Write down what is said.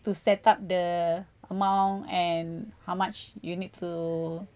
to set up the amount and how much you need to